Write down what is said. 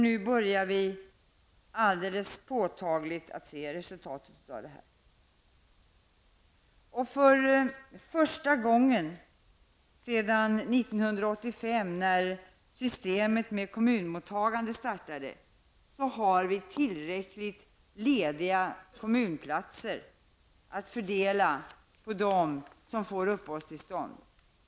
Nu börjar vi alldeles påtagligt att se resultatet av detta. För första gången sedan 1985, när systemet med kommunmottagande startade, har vi tillräckligt många lediga kommunplatser att fördela på dem som får uppehållstillstånd.